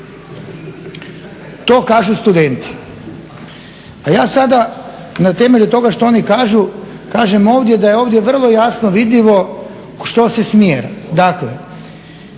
To kažu studenti. A ja sada na temelju toga što oni kažu, kažem ovdje da je ovdje vrlo jasno vidljivo što se smjera.